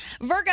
Virgo